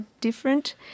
different